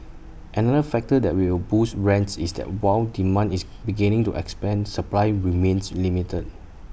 another factor that will boost rents is that while demand is beginning to expand supply remains limited